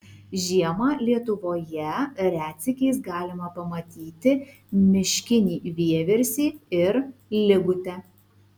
žiemą lietuvoje retsykiais galima pamatyti miškinį vieversį ir ligutę